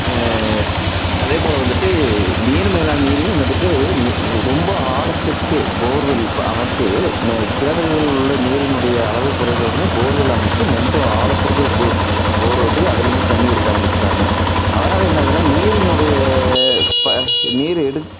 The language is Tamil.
அதே போல் வந்துட்டு நீர் மேலாண்மையிலேயும் வந்துவிட்டு ஒரு ரொம்ப ஆழத்துக்கு போர்வெல் அமைத்து கிணறுகளில் உள்ள நீரினுடைய அளவு குறைந்த உடனே போர்வெல் அமைத்து ரொம்ப ஆழத்துக்கு போர் ஓட்டி அதுலேருந்து தண்ணி எடுக்க ஆரம்பிச்சுட்டாங்க அதனால் என்ன ஆகுதுன்னா நீரினுடைய நீர் எடுக்க